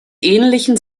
ähnlichen